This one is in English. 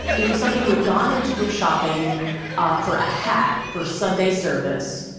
it was somebody who had gone in to go shopping ah for a hat for sunday service,